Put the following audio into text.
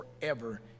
forever